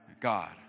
God